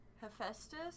Hephaestus